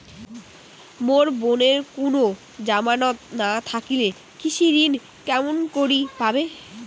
মোর বোনের কুনো জামানত না থাকিলে কৃষি ঋণ কেঙকরি পাবে?